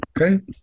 Okay